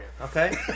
okay